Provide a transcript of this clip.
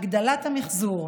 הגדלת המחזור,